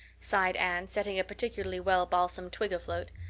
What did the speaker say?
sighed anne, setting a particularly well-balsamed twig afloat.